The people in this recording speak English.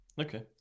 Okay